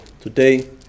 today